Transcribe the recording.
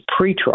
pretrial